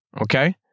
okay